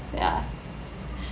ya